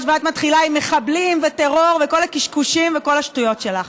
ואת מתחילה עם "מחבלים וטרור" וכל הקשקושים וכל השטויות שלך.